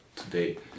Today